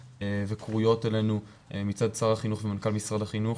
וכרויות אלינו מצד שר החינוך ומנכ"ל משרד החינוך,